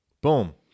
Boom